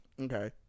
okay